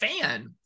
fan